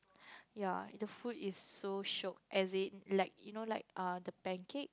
ya the food is so shiok as it like you know like err the pancake